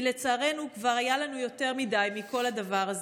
כי לצערנו, כבר היה לנו יותר מדי מכל הדבר הזה.